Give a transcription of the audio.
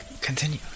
Continue